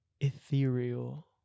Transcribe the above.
ethereal